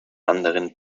anderen